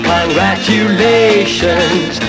Congratulations